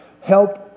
Help